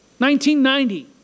1990